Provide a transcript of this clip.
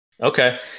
Okay